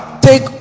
take